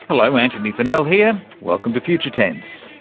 hello, antony funnell here, welcome to future tense.